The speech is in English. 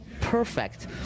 perfect